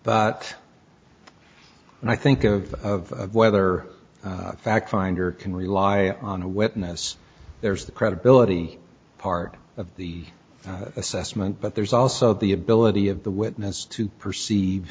but i think of whether the fact finder can rely on a witness there's the credibility part of the assessment but there's also the ability of the witness to perceive